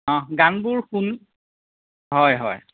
অঁ গানবোৰ শুনো হয় হয়